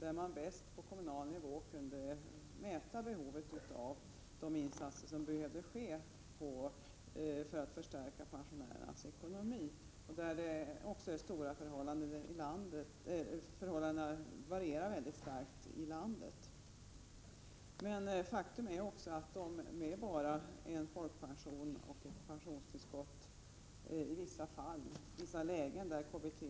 På kommunal nivå kan man bäst avgöra vilket behov det finns att stärka pensionärernas ekonomi. Förhållandena varierar också mycket i olika delar av landet. Faktum är också att pensionärer med bara folkpension och pensionstillskott i vissa fall har det mycket bekymmersamt.